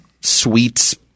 sweets